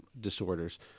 disorders